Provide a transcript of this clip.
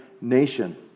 nation